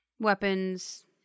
Weapons